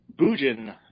Bujin